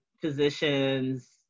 physicians